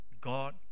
God